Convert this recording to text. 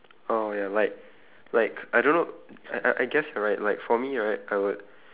oh ya like like I don't know I I I guess right like for me right I would